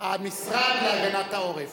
המשרד להגנת העורף.